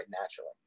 naturally